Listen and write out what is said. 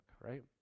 right